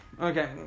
okay